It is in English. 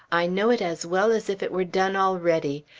i know it as well as if it were done already.